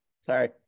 Sorry